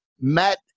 Matt